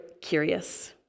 curious